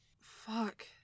Fuck